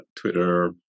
Twitter